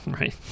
Right